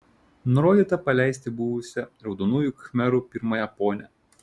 nurodyta paleisti buvusią raudonųjų khmerų pirmąją ponią